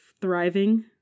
thriving